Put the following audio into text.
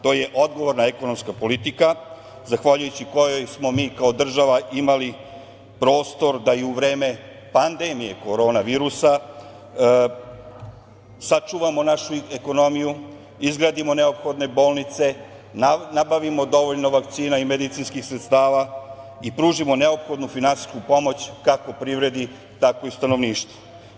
To je odgovorna ekonomska politika, zahvaljujući kojoj smo mi kao država imali prostor da i u vreme pandemije korona virusa sačuvamo našu ekonomiju, izgradimo neophodne bolnice, nabavimo dovoljno vakcina i medicinskih sredstava i pružimo neophodnu finansijsku pomoć, kako privredi, tako i stanovništvu.